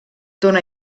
tona